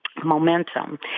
Momentum